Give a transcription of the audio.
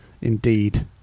indeed